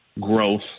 growth